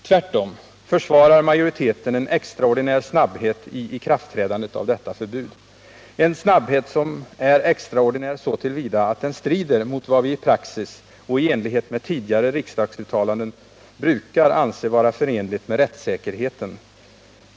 Tvärtom försvarar majoriteten en extraordinär snabbhet i ikraftträdandet av detta förbud, en snabbhet som är extraordinär så till vida att den strider mot vad vi i praxis och i enlighet med tidigare riksdagsuttalanden brukar anse vara förenligt med rättssäkerheten.